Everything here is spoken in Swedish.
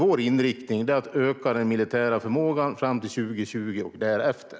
Vår inriktning är att öka den militära förmågan fram till 2020 och därefter.